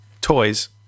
toys